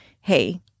Hey